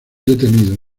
detenidos